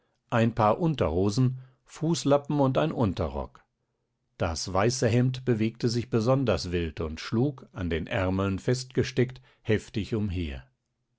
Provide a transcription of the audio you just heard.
ein paar unterhosen fußlappen und ein unterrock das weiße hemd bewegte sich besonders wild und schlug an den ärmeln festgesteckt heftig umher